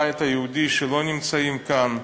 שלא נמצאים כאן: